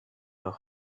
leur